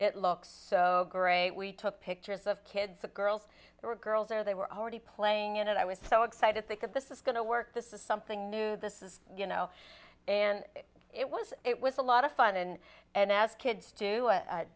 it looks so great we took pictures of kids the girls were girls or they were already playing in and i was so excited because this is going to work this is something new this is you know and it was it was a lot of fun and and as kids do